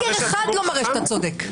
סקר אחד לא מראה שאתה צודק.